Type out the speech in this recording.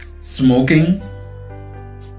smoking